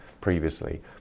previously